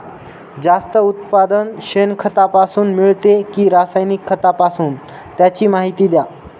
जास्त उत्पादन शेणखतापासून मिळते कि रासायनिक खतापासून? त्याची माहिती द्या